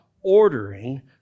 ordering